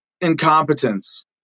incompetence